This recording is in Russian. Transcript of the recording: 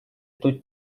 тут